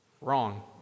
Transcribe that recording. wrong